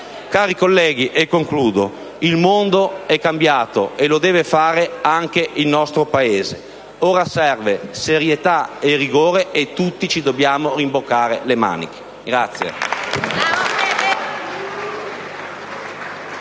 Cari colleghi, e concludo, il mondo è cambiato e lo deve fare anche il nostro Paese. Ora serve serietà e rigore, e tutti ci dobbiamo rimboccare le maniche.